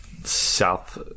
south